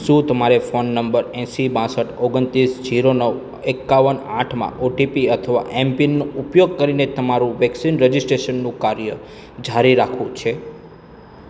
શું તમારે phone number એંસી બાસઠ ઓગણત્રીસ જીરો નવ એકાવન આઠમાં ઓટીપી અથવા એમ પિનનો ઉપયોગ કરીને તમારું વેક્સિન રજિસ્ટ્રેશનનું કાર્ય જારી રાખવું છે